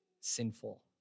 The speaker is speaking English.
sinful